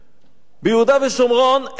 ביהודה ושומרון אין בנייה.